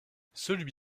celui